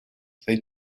they